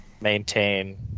maintain